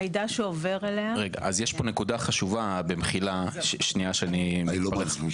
רגע, יש פה נקודה חשובה, במחילה שאני מתפרץ.